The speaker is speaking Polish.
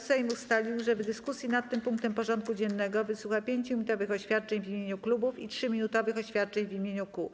Sejm ustalił, że w dyskusji nad tym punktem porządku dziennego wysłucha 5-minutowych oświadczeń w imieniu klubów i 3-minutowych oświadczeń w imieniu kół.